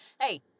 hey